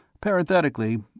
Parenthetically